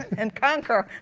and conquer.